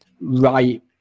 right